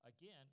again